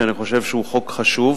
שאני חושב שהוא חוק חשוב,